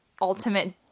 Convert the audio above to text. ultimate